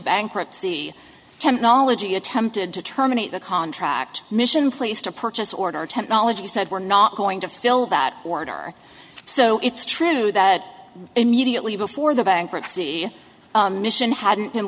bankruptcy technology attempted to terminate the contract mission placed a purchase order technology said we're not going to fill that order so it's true that immediately before the bankruptcy mission hadn't been